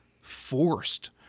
forced